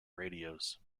radios